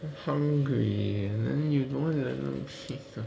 I'm hungry and then you don't let them see the